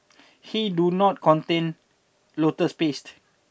he do not contain lotus paste